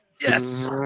Yes